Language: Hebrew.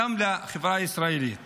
גם לחברה הישראלית